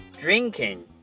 drinking